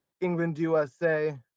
England-USA